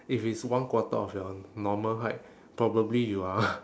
if it's one quarter of your normal height probably you are